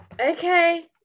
Okay